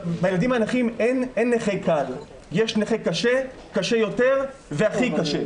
אין נכה קל, יש נכה קשה, קשה יותר, והכי קשה.